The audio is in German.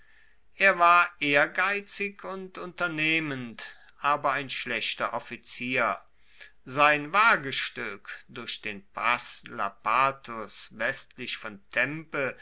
er war ehrgeizig und unternehmend aber ein schlechter offizier sein wagestueck durch den pass lapathus westlich von tempe